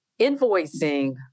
invoicing